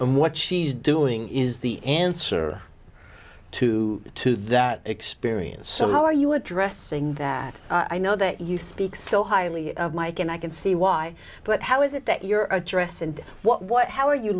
and what she's doing is the answer to to that experience so how are you addressing that i know that you speak so highly of mike and i can see why but how is it that your address and what how are you